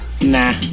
Nah